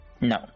No